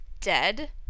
dead